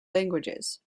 languages